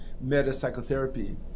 meta-psychotherapy